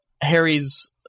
Harry's